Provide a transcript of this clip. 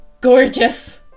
GORGEOUS